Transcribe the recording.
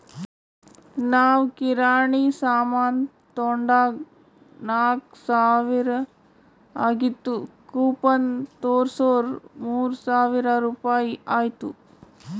ನಾವ್ ಕಿರಾಣಿ ಸಾಮಾನ್ ತೊಂಡಾಗ್ ನಾಕ್ ಸಾವಿರ ಆಗಿತ್ತು ಕೂಪನ್ ತೋರ್ಸುರ್ ಮೂರ್ ಸಾವಿರ ರುಪಾಯಿ ಆಯ್ತು